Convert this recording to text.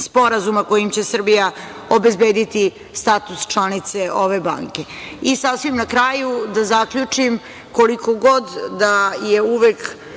Sporazuma kojim će Srbija obezbediti status članice ove banke. Sasvim na kraju, da zaključim, koliko da se uvek